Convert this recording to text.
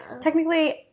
Technically